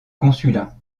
consulat